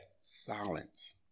Silence